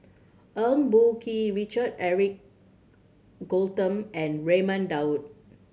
Eng Boh Kee Richard Eric and Raman Daud